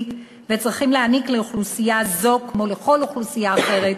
שוויוני וצריכים להעניק לאוכלוסייה זו כמו לכל אוכלוסייה אחרת